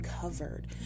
covered